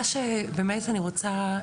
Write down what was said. מה שבאמת אני רוצה,